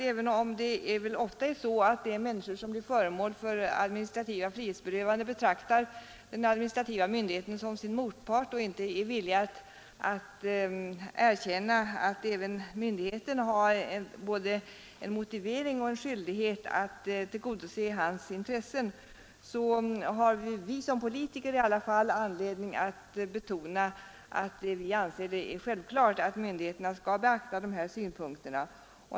Även om det ofta är så att de människor, herr Dockered, som blir föremål för administrativa frihetsberövanden betraktar den administrativa myndigheten som sin motpart och inte är villiga att erkänna att myndigheten både har motiv för och skyldighet att tillgodose deras intressen, så har i alla fall vi som politiker anledning att betona att vi anser det självklart att myndigheterna skall beakta dessa synpunkter.